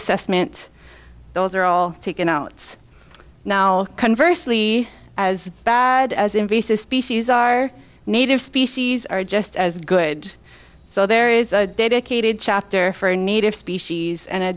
assessment those are all taken out now conversely as bad as invasive species are native species are just as good so there is a dedicated chapter for a native species and a